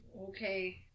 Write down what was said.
okay